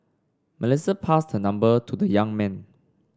Melissa passed her number to the young man